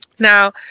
Now